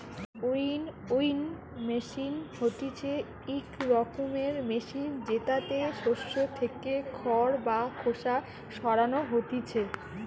winnowing machine হতিছে ইক রকমের মেশিন জেতাতে শস্য থেকে খড় বা খোসা সরানো হতিছে